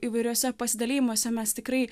įvairiuose pasidalijimuose mes tikrai